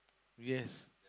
yes